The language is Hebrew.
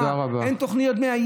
אין תוכניות בנייה?